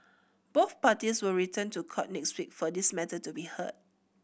both parties will return to court next week for this matter to be heard